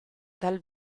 dal